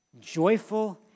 Joyful